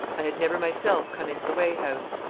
i had never myself come into the weigh house.